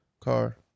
Car